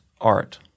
art